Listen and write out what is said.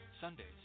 Sundays